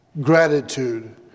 gratitude